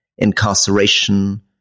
Incarceration